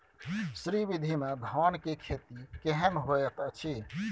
श्री विधी में धान के खेती केहन होयत अछि?